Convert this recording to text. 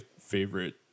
favorite